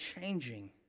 changing